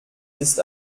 ist